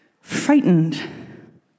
frightened